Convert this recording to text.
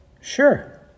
Sure